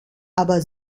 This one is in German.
aber